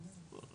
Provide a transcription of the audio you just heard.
לגבי